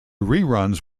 reruns